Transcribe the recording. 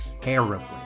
terribly